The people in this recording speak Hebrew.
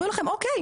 אומרים לכם אוקיי,